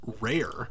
rare